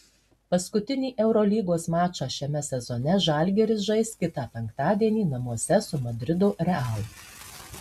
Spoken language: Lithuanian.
paskutinį eurolygos mačą šiame sezone žalgiris žais kitą penktadienį namuose su madrido real